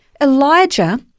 Elijah